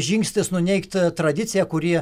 žingsnis nuneigt tradiciją kurie